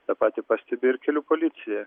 tą patį pastebi ir kelių policija